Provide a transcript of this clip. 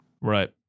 Right